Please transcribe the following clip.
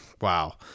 Wow